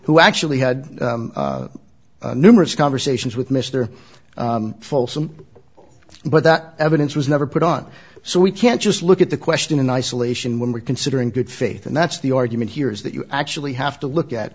who actually had numerous conversations with mr folsom but that evidence was never put on so we can't just look at the question in isolation when we consider in good faith and that's the argument here is that you actually have to look at